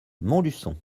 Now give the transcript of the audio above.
montluçon